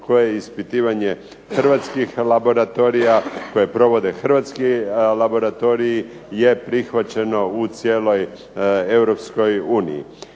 koje ispitivanje Hrvatskih laboratorija, koje provode hrvatski laboratoriji je prihvaćeno u cijeloj Europskoj uniji.